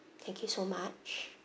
thank you so much